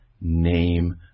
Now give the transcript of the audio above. name